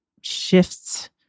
shifts